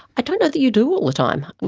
i don't know that you do all the time.